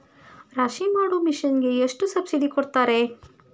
ರಾಶಿ ಮಾಡು ಮಿಷನ್ ಗೆ ಎಷ್ಟು ಸಬ್ಸಿಡಿ ಕೊಡ್ತಾರೆ?